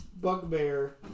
Bugbear